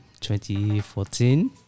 2014